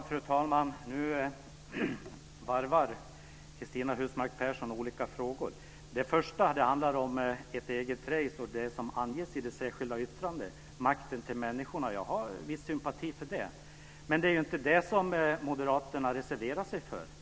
Fru talman! Nu varvar Cristina Husmark Pehrsson olika frågor. Det första handlar om ett eget race och det som anges i det särskilda yttrandet, makten till människorna. Jag har viss sympati för det. Men det är ju inte det som moderaterna reserverar sig för.